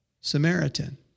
Samaritan